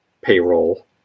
payroll